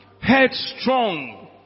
headstrong